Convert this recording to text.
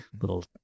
little